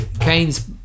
Keynes